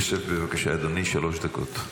יוסף, בבקשה, אדוני, שלוש דקות.